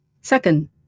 Second